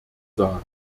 sagen